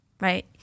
right